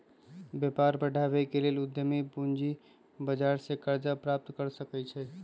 व्यापार बढ़ाबे के लेल उद्यमी पूजी बजार से करजा प्राप्त कर सकइ छै